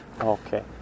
Okay